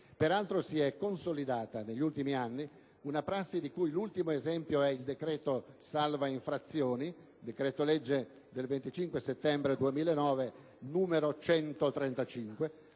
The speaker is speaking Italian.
Peraltro, si è consolidata negli ultimi anni una prassi di cui l'ultimo esempio è il cosiddetto decreto salva-infrazioni, il decreto-legge del 25 settembre 2009, n. 135,